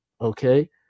Okay